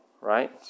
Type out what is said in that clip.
right